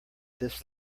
this